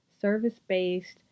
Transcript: service-based